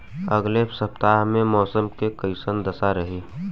अलगे सपतआह में मौसम के कइसन दशा रही?